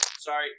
Sorry